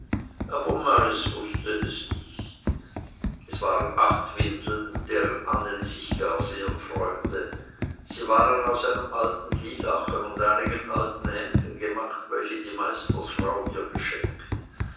aber meiß wußte es nicht es waren acht windeln deren anneli gar sehr sich freute sie waren aus einem alten lylachen und einigen alten hemden gemacht welche die meistersfrau ihr geschenkt